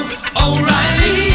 O'Reilly